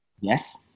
Yes